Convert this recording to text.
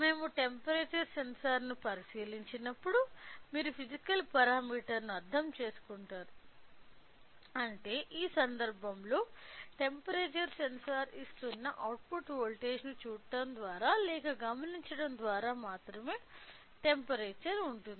మేము టెంపరేచర్ సెన్సార్ను పరిశీలించినప్పుడు మీరు ఫిసికల్ పారామీటర్ ని అర్థం చేసుకుంటారు అంటే ఈ సందర్భంలో టెంపరేచర్ సెన్సార్ ఇస్తున్న అవుట్పుట్ వోల్టేజ్ను చూడటం ద్వారా లేక గమనించడం ద్వారా మాత్రమే టెంపరేచర్ ఉంటుంది